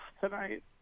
tonight